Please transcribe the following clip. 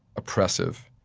oppressive,